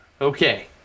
Okay